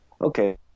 okay